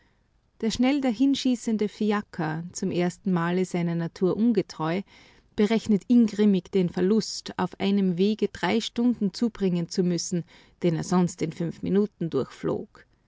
der schnell dahinschießende fiaker zum ersten male seiner natur ungetreu berechnet ingrimmig den verlust auf einem wege drei stunden zubringen zu müssen den er sonst in fünf minuten